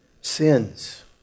sins